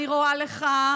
אני רואה לך,